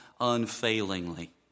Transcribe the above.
unfailingly